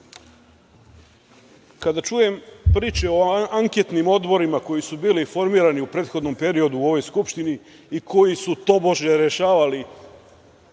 čujem priče o anketnim odborima koji su bili formirani u prethodnom periodu u ovoj Skupštini i koji su tobože rešavali